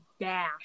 dash